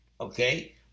Okay